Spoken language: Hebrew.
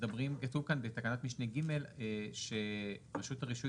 כתוב בתקנת משנה (ג) שרשות הרישוי